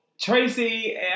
Tracy